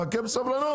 חכה בסבלנות.